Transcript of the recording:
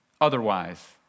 Otherwise